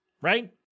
right